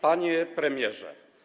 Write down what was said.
Panie Premierze!